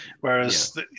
Whereas